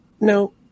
no